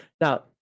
now